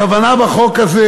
הכוונה בחוק הזה,